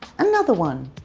another one.